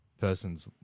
person's